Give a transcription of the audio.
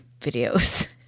videos